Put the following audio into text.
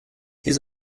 his